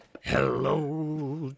Hello